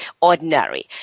ordinary